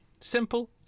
Simple